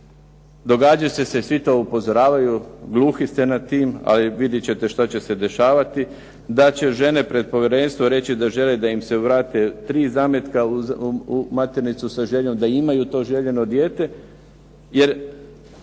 Događat će se i svi to upozoravaju, gluhi ste nad tim. Ali vidjet ćete što će se dešavati, da će žene reći pred povjerenstvom reći da žele da im se vrate tri zametka u maternicu, sa željom da imaju to željeno dijete. Jer